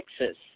Texas